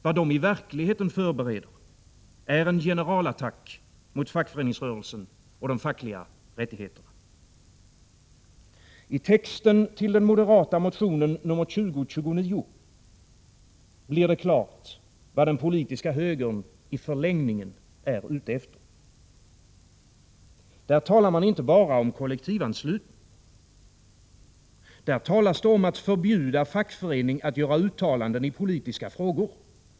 Vad de i verkligheten förbereder är en generalattack mot fackföreningsrörelsen och de fackliga rättigheterna. I texten till den moderata motionen nr 2029 blir det klart, vad den politiska högern i förlängningen är ute efter. Där talar man inte bara om kollektivanslutning. Där talas det om att förbjuda fackförening att göra uttalanden i politiska frågor.